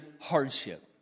hardship